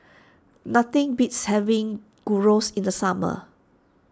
nothing beats having Gyros in the summer